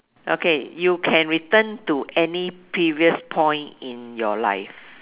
okay you can return to any previous point in your life